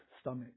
stomach